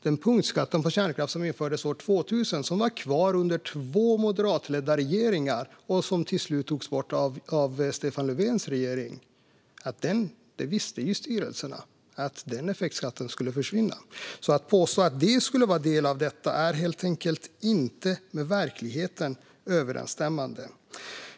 Denna punktskatt på kärnkraft infördes 2000 och var kvar under två moderatledda regeringar, men togs till slut bort av Stefan Löfvens regering. Att påstå att den skulle vara en del av detta är helt enkelt inte med verkligheten överensstämmande.